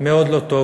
מאוד לא טוב,